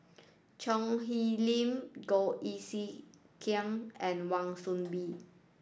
Choo Hwee Lim Goh Eck Kheng and Wan Soon Bee